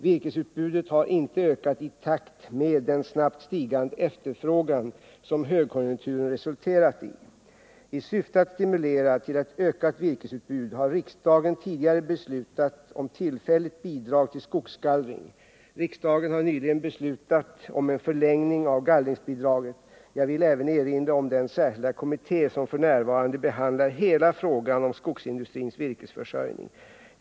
Virkesutbudet har inte ökat i takt med den snabbt stigande efterfrågan som högkonjunkturen resulterat i. I syfte att stimulera till ett ökat virkesutbud har riksdagen tidigare beslutat om tillfälligt bidrag till skogsgallring. Riksdagen har nyligen beslutat om en förlängning av gallringsbidraget. Jag vill även erinra om den särskilda kommitté som f. n. behandlar hela frågan om skogsindustrins virkesförsörjning.